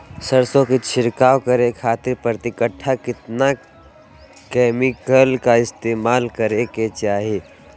सरसों के छिड़काव करे खातिर प्रति कट्ठा कितना केमिकल का इस्तेमाल करे के चाही?